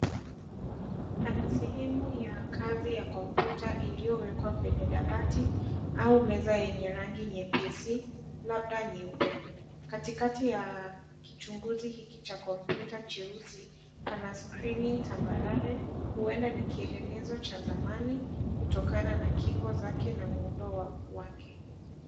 Pana sehemu ya kazi ya kompyuta iliowekwa kwenye dabati au meza yenye rangi nyepesi labda nyeupe. Katikati ya kichunguzi hiki cha kompyuta cheusi, panaskreeni tambarare, uenda nikielelezo cha zamani, kutokana na kingo zake na muundo wake.